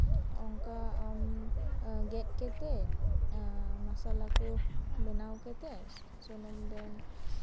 ᱚᱱᱠᱟ ᱜᱮᱛ ᱠᱟᱛᱮᱜ ᱢᱚᱥᱞᱟ ᱠᱚ ᱵᱮᱱᱟᱣ ᱠᱟᱛᱮᱜ ᱥᱩᱱᱩᱢ ᱨᱮᱢ